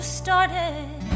started